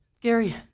Gary